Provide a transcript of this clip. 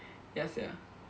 ya sia